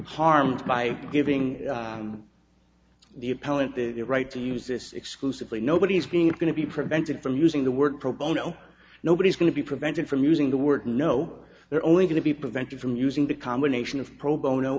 harmed by giving the appellant the right to use this exclusively nobody's being going to be prevented from using the word pro bono nobody's going to be prevented from using the word no they're only going to be prevented from using the combination of pro bono